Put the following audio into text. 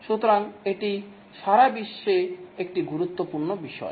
সুতরাং এটি সারা বিশ্বে একটি গুরুত্বপূর্ণ বিষয়